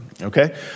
okay